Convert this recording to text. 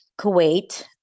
Kuwait